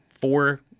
four